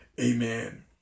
Amen